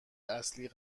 اصلی